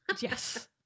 yes